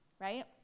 right